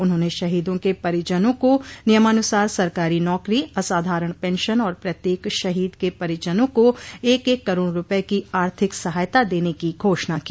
उन्होंने शहीदों के परिजनों को नियमानुसार सरकारी नौकरी असाधारण पेंशन और प्रत्येक शहीद के परिजनों को एक एक करोड़ रूपये की आर्थिक सहायता देने की घोषणा की